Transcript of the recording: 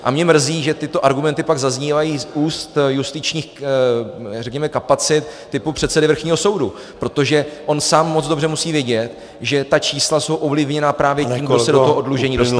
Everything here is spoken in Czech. A mě mrzí, že tyto argumenty pak zaznívají z úst justičních řekněme kapacit typu předsedy vrchního soudu, protože on sám moc dobře musí vědět, že ta čísla jsou ovlivněna právě tím , kdo se do toho oddlužení dostane.